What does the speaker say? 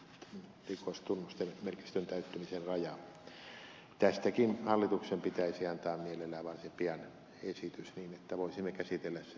tuosta vesiliikennejuopumuksen rikostunnusmerkistön täyttymisen rajastakin hallituksen pitäisi antaa mielellään varsin pian esitys niin että voisimme käsitellä sen jo ehkä tässä eduskunnassa